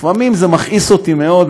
לפעמים זה מכעיס אותי מאוד,